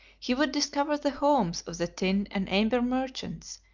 he would discover the homes of the tin and amber merchants,